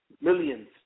Millions